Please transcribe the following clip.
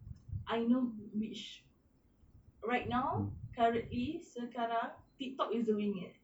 I know which right now currently sekarang tiktok is doing it